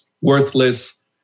worthless